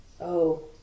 Oh